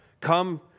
come